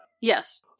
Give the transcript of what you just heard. Yes